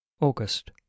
August